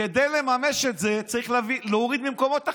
כדי לממש את זה צריך להוריד ממקומות אחרים.